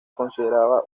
consideraba